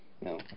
No